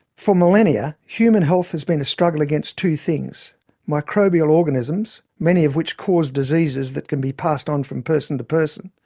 for millennia, human health has been a struggle against two things microbial organisms, many of which cause diseases that can be passed on from person to person.